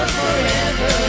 forever